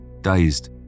Dazed